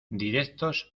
directos